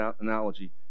analogy